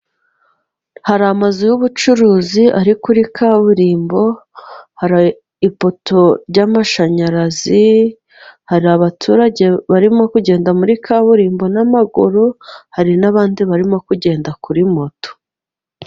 Hari amazu y'ubucuruzi ari kuri kaburimbo, hari ipoto y'amashanyarazi hari abaturage barimo kugenda muri kaburimbo n'amaguru, hari n'abandi barimo kugenda kuri moto